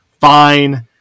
fine